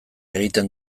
egiten